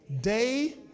day